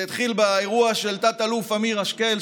זה התחיל באירוע של תת-אלוף אמיר השכל,